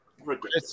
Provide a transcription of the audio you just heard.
regret